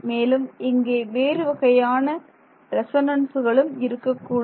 மேலும் இங்கே வேறு வகையான ரெசொனன்ஸ்களும் இருக்கக்கூடும்